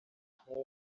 nk’uko